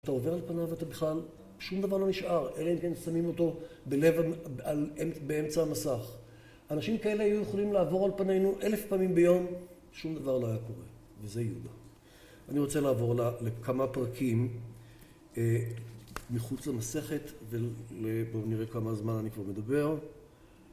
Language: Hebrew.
אתה עובר על פניו ואתה בכלל, שום דבר לא נשאר, אלא אם כן שמים אותו בלב, באמצע המסך. אנשים כאלה היו יכולים לעבור על פנינו אלף פעמים ביום, שום דבר לא היה קורה, וזה יהודה. אני רוצה לעבור לכמה פרקים מחוץ למסכת, ובואו נראה כמה זמן אני כבר מדבר.